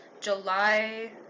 July